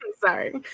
sorry